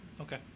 Okay